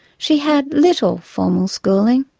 she had little formal schooling.